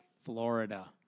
Florida